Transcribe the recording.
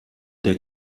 der